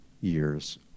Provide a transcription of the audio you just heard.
years